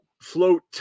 float